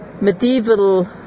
medieval